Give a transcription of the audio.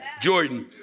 Jordan